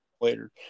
later